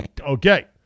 Okay